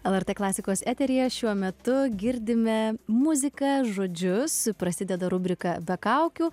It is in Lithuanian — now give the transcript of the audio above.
lrt klasikos eteryje šiuo metu girdime muziką žodžius prasideda rubrika be kaukių